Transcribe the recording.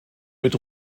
mit